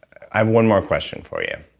i have one more question for you.